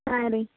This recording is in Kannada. ಹಾಂ ರೀ